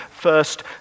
first